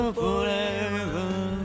forever